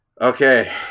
Okay